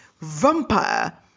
vampire